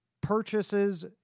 purchases